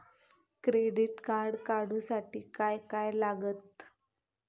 Credit card काढूसाठी काय काय लागत?